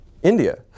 India